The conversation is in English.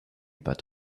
but